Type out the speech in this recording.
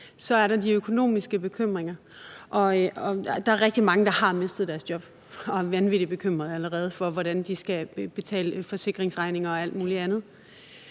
ting er de økonomiske bekymringer. Der er rigtig mange, der har mistet deres job, og som allerede er vanvittig bekymret for, hvordan de skal betale forsikringsregninger og alt muligt andet.